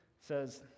says